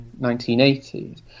1980s